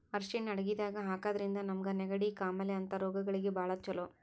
ಅರ್ಷಿಣ್ ಅಡಗಿದಾಗ್ ಹಾಕಿದ್ರಿಂದ ನಮ್ಗ್ ನೆಗಡಿ, ಕಾಮಾಲೆ ಅಂಥ ರೋಗಗಳಿಗ್ ಭಾಳ್ ಛಲೋ